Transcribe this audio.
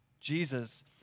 Jesus